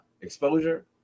exposure